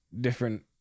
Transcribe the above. different